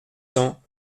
cents